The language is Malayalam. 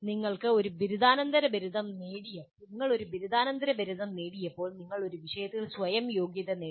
നിങ്ങൾ ഒരു ബിരുദാനന്തര ബിരുദം നേടിയപ്പോൾ നിങ്ങൾ ഒരു വിഷയത്തിൽ സ്വയം യോഗ്യത നേടി